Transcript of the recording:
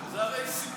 זה הרי סיפורי סבתא.